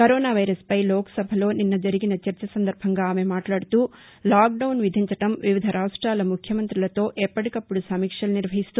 corona వైరస్పై లోక్ సభలో జరిగిన చర్చ సందర్బంగా ఆమె మాట్లాడుతూ లాక్ డౌన్ విధించడం వివిధ రాష్టాల ముఖ్యమంతులతో ఎప్పటికప్పుడు సమీక్షలు నిర్వహిస్తూ